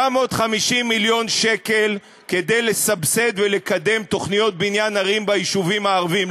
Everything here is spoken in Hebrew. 750 מיליון שקל כדי לסבסד ולקדם תוכניות בניין ערים ביישובים הערביים.